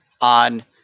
on